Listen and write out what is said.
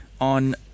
on